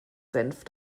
senf